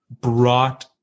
brought